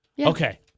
Okay